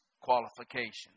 qualifications